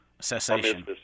cessation